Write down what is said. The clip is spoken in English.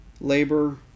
labor